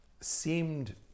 seemed